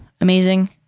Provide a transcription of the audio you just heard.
amazing